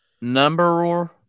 Number